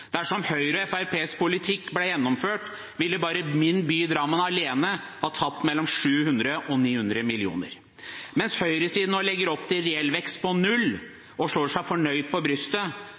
Dersom Høyre og Fremskrittspartiets politikk ble gjennomført, ville bare min by Drammen alene ha tapt mellom 700 og 900 mill. kr. Mens høyresiden nå legger opp til en reell vekst på null og slår seg fornøyd på brystet,